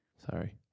Sorry